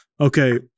okay